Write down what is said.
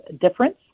difference